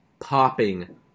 popping